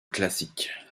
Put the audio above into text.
classic